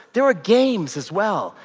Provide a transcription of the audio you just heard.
there are games as well.